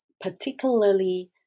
particularly